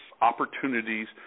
opportunities